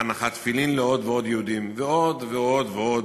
הנחת תפילין לעוד ועוד יהודים, ועוד ועוד ועוד,